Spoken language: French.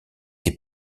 des